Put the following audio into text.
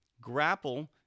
Grapple